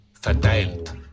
verteilt